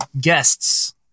guests